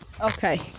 Okay